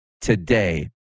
today